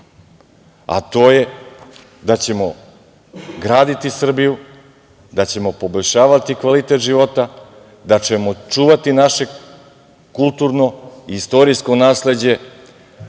a to je da ćemo graditi Srbiju, da ćemo poboljšavati kvalitet života, da ćemo čuvati naše kulturno i istorijsko nasleđe,